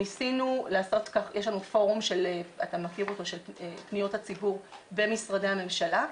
יש לנו פורום של פניות הציבור במשרדי הממשלה,